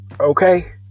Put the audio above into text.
okay